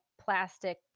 plastic